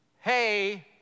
hey